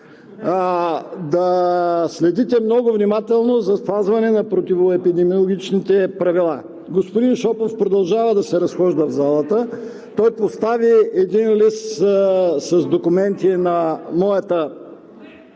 …да следите много внимателно за спазване на противоепидемиологичните правила. Господин Шопов продължава да се разхожда в залата, той постави един лист с документи на моята…